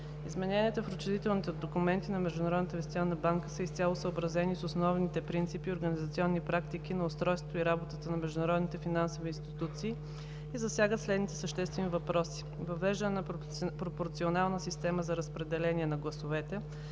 Измененията в учредителните документи на Международната инвестиционна банка са изцяло съобразени с основните принципи и организационни практики на устройство и работа на международните финансови институции и засягат следните съществени въпроси: въвеждане на пропорционална система за разпределение на гласовете,